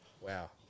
Wow